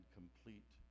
complete